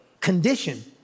condition